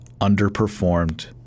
underperformed